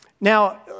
Now